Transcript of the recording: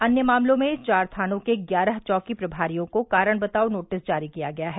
अन्य मामलों में चार थानों के ग्यारह चौकी प्रभारियों को कारण बताओ नोटिस जारी किया गया है